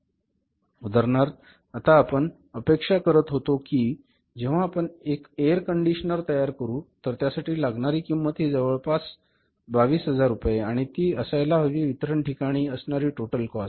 उदाहरणार्थ आता आपण अपेक्षा करत होतो की जेव्हा आपण एक एअर कंडिशनर तयार करू तर त्यासाठी लागणारी किंमत ही जवळपास लागेल 22000 रुपये आणि ती असायला हवी वितरण ठिकाणी असणारी टोटल कॉस्ट